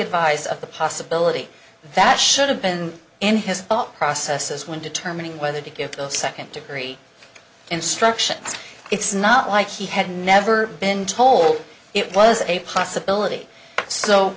advised of the possibility that should have been in his thought processes when determining whether to give the second degree instructions it's not like he had never been told it was a possibility so